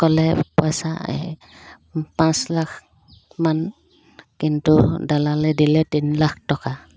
ক'লে পইচা পাঁচ লাখমান কিন্তু দালালে দিলে তিনি লাখ টকা